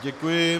Děkuji.